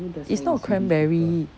it's not cranberry